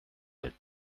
that